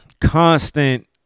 constant